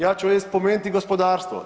Ja ću ovdje spomenuti gospodarstvo.